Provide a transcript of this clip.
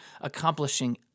accomplishing